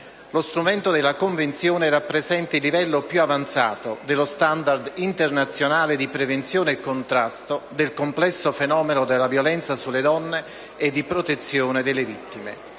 Lo strumento della Convenzione rappresenta il livello più avanzato dello *standard* internazionale di prevenzione e contrasto del complesso fenomeno della violenza sulle donne e di protezione delle vittime.